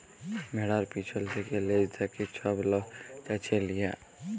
ভেড়ার পিছল থ্যাকে লেজ থ্যাকে ছব লম চাঁছে লিয়া